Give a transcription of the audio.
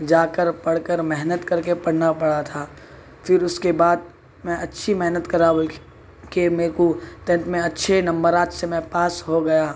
جا کر پڑھ کر محنت کر کے پڑھنا پڑا تھا پھر اُس کے بعد میں اچھی محنت کرا بلکہ کہ میرے کو ٹینتھ میں اچھے نمبرات سے میں پاس ہو گیا